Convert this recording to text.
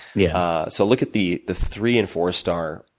yeah so, look at the the three and four-star,